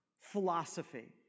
philosophy